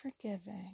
forgiving